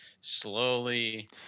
slowly –